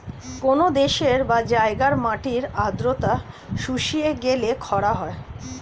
কোন দেশের বা জায়গার মাটির আর্দ্রতা শুষিয়ে গেলে খরা হয়